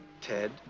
Ted